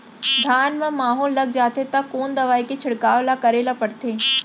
धान म माहो लग जाथे त कोन दवई के छिड़काव ल करे ल पड़थे?